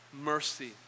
mercy